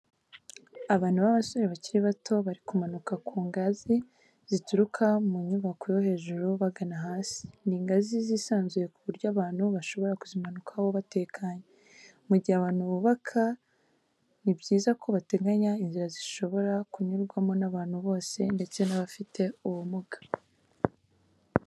Abantu b'abasore bakiri bato bari kumanuka ku ngazi zituruka mu nyubako yo hejuru bagana hasi, ni ingazi zisanzuye ku buryo abantu bashobora kuzimanukaho batekanye. Mu gihe abantu bubaka ni byiza ko bateganya inzira zishobora kunyurwaho n'abantu bose ndetse n'abafite ubumuga.